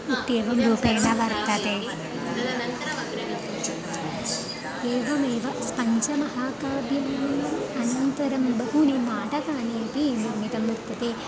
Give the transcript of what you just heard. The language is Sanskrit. इत्येवं रूपेण वर्तते एवमेव पञ्चमहाकाव्यम् अनन्तरं बहूनि नाटकानि अपि निर्मितं वर्तते